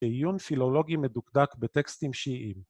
עיון פילולוגי מדוקדק בטקסטים שיעיים.